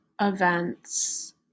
events